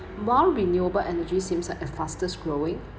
while renewable energy seems like a fastest growing